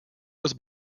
was